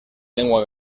lengua